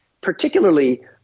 particularly